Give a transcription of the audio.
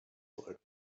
float